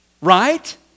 Right